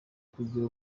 kugira